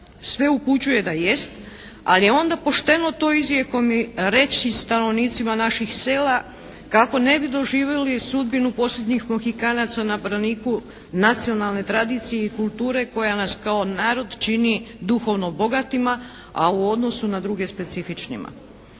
Sve upućuje da jest, ali je onda pošteno to izrijekom i reći stanovnicima naših sela kako ne bi doživjeli sudbinu posljednjih Mohikanaca na braniku nacionalne tradicije i kulture koja nas kao narod čini duhovno bogatima, a u odnosu na druge specifičnima.